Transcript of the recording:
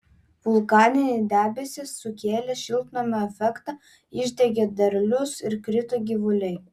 vulkaniniai debesys sukėlė šiltnamio efektą išdegė derlius ir krito gyvuliai